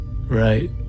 right